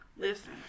Listen